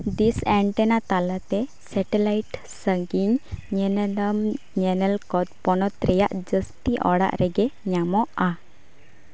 dish antenna ᱛᱟᱞᱟᱛᱮ satellite ᱥᱟᱺᱜᱤᱧ ᱧᱮᱱᱮᱞᱚᱢ ᱪᱮᱱᱮᱞᱠᱚ ᱯᱚᱱᱚᱛ ᱨᱮᱭᱟᱜ ᱡᱟᱹᱥᱛᱤ ᱚᱲᱟᱜ ᱨᱮᱜᱮ ᱧᱟᱢᱚᱜᱼᱟ